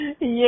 Yes